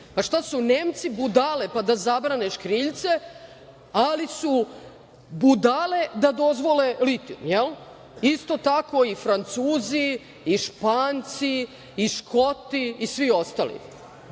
Šta su Nemci budale, pa da zabrane škriljce, ali budale da dozvole litijum, jel? Isto tako i Francuzi, i Španci, i Škoti, i svi ostali.